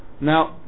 now